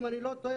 אם אני לא טועה,